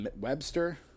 Webster